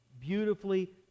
beautifully